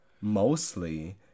mostly